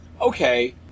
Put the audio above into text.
okay